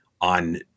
on